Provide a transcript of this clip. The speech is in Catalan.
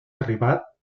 arribat